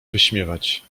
wyśmiewać